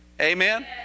Amen